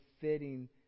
fitting